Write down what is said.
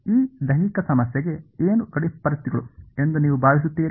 ಈ ದೈಹಿಕ ಸಮಸ್ಯೆಗೆ ಏನು ಗಡಿ ಪರಿಸ್ಥಿತಿಗಳು ಎಂದು ನೀವು ಭಾವಿಸುತ್ತೀರಿ